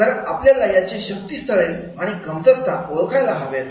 कारण आपल्याला याचे शक्तिस्थळे आणि कमतरता ओळखायला हव्यात